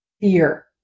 fear